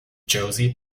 josie